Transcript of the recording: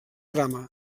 trama